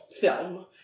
film